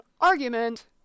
argument